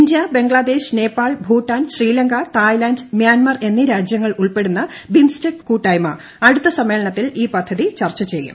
India Bangladesh Nepal Bhutan Sri Lanka Thailand Myanmar എന്നീ രാജ്യങ്ങൾ ഉൾപ്പെടുന്ന ബിംസ്റ്റെക് കൂട്ടായ്മ അടുത്ത സമ്മേളനത്തിൽ ഈ പദ്ധതി ചർച്ച ചെയ്യും